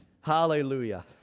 Hallelujah